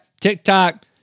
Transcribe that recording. TikTok